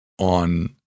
On